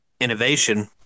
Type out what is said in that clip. innovation